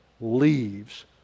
leaves